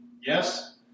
Yes